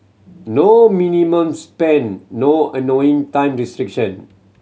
no minimum spend no annoying time restriction